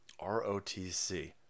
ROTC